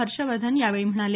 हर्षवर्धन यावेळी म्हणाले